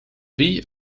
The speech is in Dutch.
wie